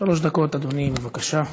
שלוש דקות, אדוני, בבקשה.